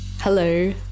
Hello